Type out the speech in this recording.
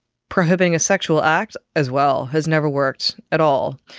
prohibiting a sexual act as well has never worked at all.